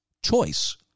Choice